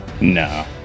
No